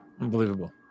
unbelievable